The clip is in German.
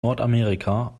nordamerika